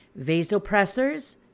vasopressors